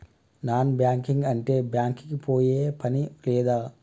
Non banking అంటే bank కి పోయే పని లేదా?